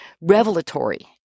revelatory